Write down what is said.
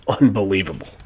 Unbelievable